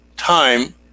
time